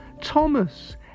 Thomas